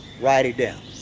write it down,